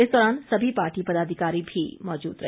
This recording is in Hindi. इस दौरान सभी पार्टी पदाधिकारी भी मौजूद रहे